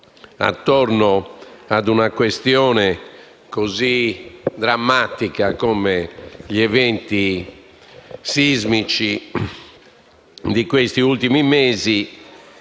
nuovo su una questione così drammatica come quella degli eventi sismici di questi ultimi mesi.